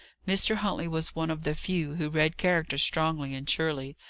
mr. huntley was one of the few who read character strongly and surely,